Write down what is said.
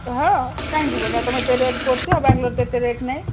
ହଁ କାଇଁ ଯିବ ନି ଆଉ ତମେ ଏତେ ରେଟ୍ କରୁଚ ବାଙ୍ଗାଲୋର ତ ଏତେ ରେଟ୍ ନାହିଁ